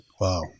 Wow